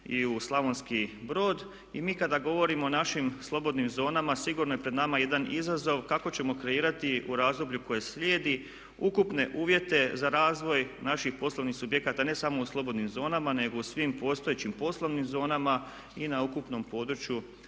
i u Slavonski Brod. I mi kada govorimo o našim slobodnim zonama sigurno je pred nama jedan izazov kako ćemo kreirati u razdoblju koje slijedi ukupne uvjete za razvoj naših poslovnih subjekata ne samo u slobodnim zonama nego i u svim postojećim poslovnim zonama i na ukupnom području